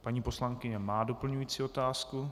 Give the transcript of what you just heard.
Paní poslankyně má doplňující otázku.